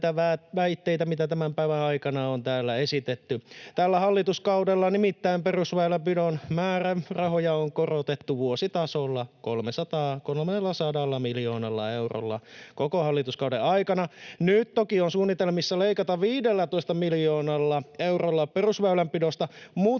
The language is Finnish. näitä väitteitä, mitä tämän päivän aikana on täällä esitetty. Tällä hallituskaudella nimittäin perusväylänpidon määrärahoja on korotettu vuositasolla 300 miljoonalla eurolla koko hallituskauden aikana. Nyt toki on suunnitelmissa leikata 15 miljoonalla eurolla perusväylänpidosta,